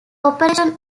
operation